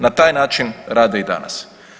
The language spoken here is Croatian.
Na taj način rade i danas.